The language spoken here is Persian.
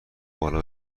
بالا